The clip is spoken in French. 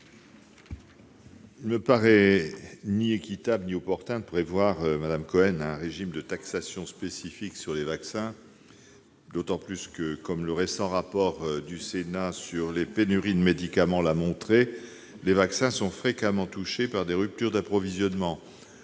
Il ne me paraît ni équitable ni opportun de prévoir un régime de taxation spécifique sur les vaccins, d'autant plus- le récent rapport du Sénat sur la pénurie de médicaments et de vaccins l'a montré -que les vaccins sont fréquemment touchés par des ruptures d'approvisionnement.